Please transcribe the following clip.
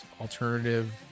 alternative